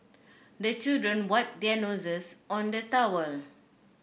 the children wipe their noses on the towel